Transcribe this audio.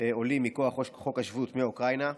עולים מכוח חוק השבות מאוקראינה.